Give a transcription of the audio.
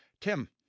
Tim